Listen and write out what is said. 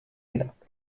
jinak